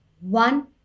one